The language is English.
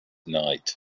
night